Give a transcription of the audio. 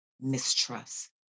mistrust